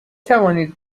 توانید